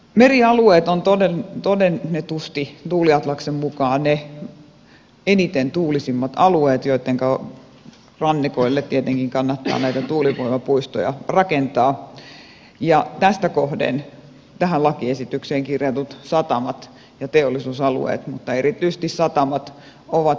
merialueet ovat todennetusti tuuliatlaksen mukaan ne eniten tuulisimmat alueet joittenka rannikoille tietenkin kannattaa näitä tuulivoimapuistoja rakentaa ja tästä kohden tähän lakiesitykseen kirjatut satamat ja teollisuusalueet mutta erityisesti satamat ovat ne ykköskohteet